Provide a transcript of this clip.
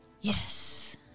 Yes